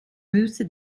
müsse